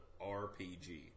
RPG